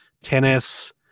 tennis